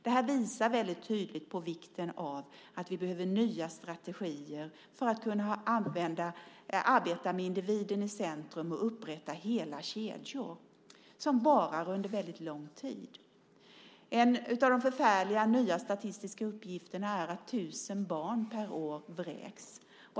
Det här visar väldigt tydligt att vi behöver nya strategier för att kunna arbeta med individen i centrum och upprätta hela kedjor som varar under väldigt lång tid. En av de förfärliga nya statistiska uppgifterna är att tusen barn per år vräks.